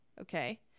Okay